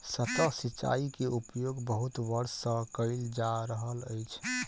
सतह सिचाई के उपयोग बहुत वर्ष सँ कयल जा रहल अछि